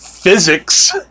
Physics